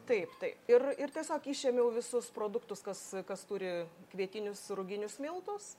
taip taip ir ir tiesiog išėmiau visus produktus kas kas turi kvietinius ruginius miltus